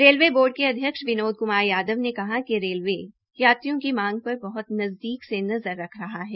railway board के अध्यक्ष विनोद कुमार यादव ने कहा कि रेलये यात्रियों की मांग पर बहुत नजदीक से नजर रख रहा है